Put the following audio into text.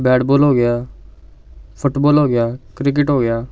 bat ball ਹੋ ਗਿਆ football ਹੋ ਗਿਆ ਕ੍ਰਿਕਟ ਹੋ ਗਿਆ